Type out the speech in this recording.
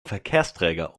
verkehrsträger